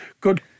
good